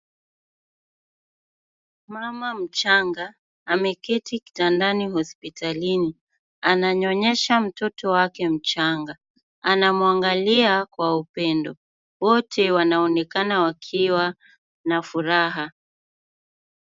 Mama mchanga ameketi kitandani hospitalini. Ananyonyesha mtoto wake mchanga. Anamwangalia kwa upendo. Wote wanaonekana wakiwa na furaha.